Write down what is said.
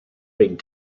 big